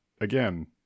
again